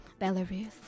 Belarus